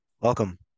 Welcome